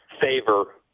favor